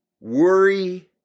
worry